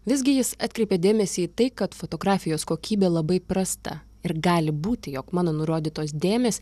visgi jis atkreipė dėmesį į tai kad fotografijos kokybė labai prasta ir gali būti jog mano nurodytos dėmės